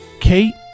Kate